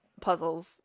puzzles